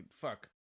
Fuck